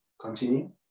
continue